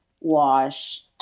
wash